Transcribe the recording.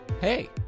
hey